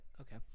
okay